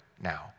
now